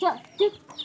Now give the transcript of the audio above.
চিক